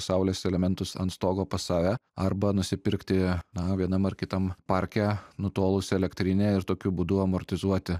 saulės elementus ant stogo pas save arba nusipirkti a vienam ar kitam parke nutolusią elektrinę ir tokiu būdu amortizuoti